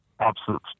Absolute